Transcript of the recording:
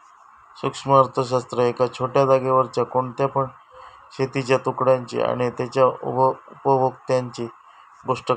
सूक्ष्म अर्थशास्त्र एका छोट्या जागेवरच्या कोणत्या पण शेतीच्या तुकड्याची आणि तेच्या उपभोक्त्यांची गोष्ट करता